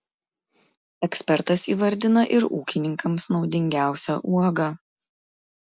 ekspertas įvardina ir ūkininkams naudingiausią uogą